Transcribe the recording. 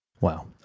Wow